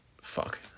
Fuck